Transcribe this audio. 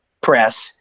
press